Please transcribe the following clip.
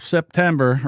September